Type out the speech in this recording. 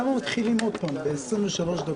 למה מתחילים שוב בעשרים דקות איחור?